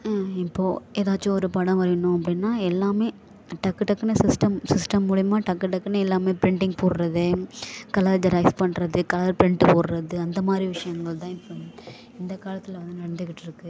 இப்போது ஏதாச்சும் ஒரு படம் வரையணும் அப்படின்னா எல்லாமே டக்கு டக்குன்னு சிஸ்டம் சிஸ்டம் மூலயமா டக்கு டக்குன்னு எல்லாமே ப்ரிண்டிங் போடுறது கலர் ஜெராக்ஸ் பண்ணுறது கலர் ப்ரிண்ட்டு போடுறது அந்த மாதிரி விஷயங்கள்தான் இப்போது இந்த காலத்தில் வந்து நடந்துக்கிட்டிருக்கு